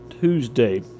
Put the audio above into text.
Tuesday